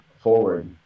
forward